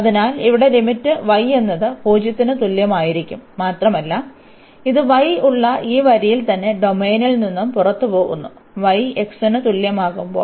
അതിനാൽ ഇവിടെ limit y എന്നത് 0 ന് തുല്യമായിരിക്കും മാത്രമല്ല ഇത് y ഉള്ള ഈ വരിയിൽ തന്നെ ഡൊമെയ്നിൽ നിന്ന് പുറത്തുപോകുന്നു y x ന് തുല്യമാകുമ്പോൾ